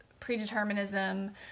predeterminism